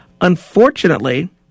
unfortunately